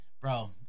Bro